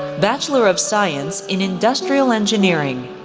bachelor of science in industrial engineering.